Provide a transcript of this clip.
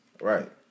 Right